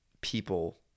people